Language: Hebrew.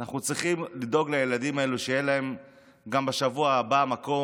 אנחנו צריכים לדאוג שלילדים האלה גם בשבוע הבא יהיה מקום,